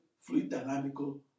fluid-dynamical